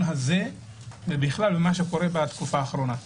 הזה ובכלל מה שקורה בתקופה האחרונה.